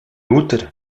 outre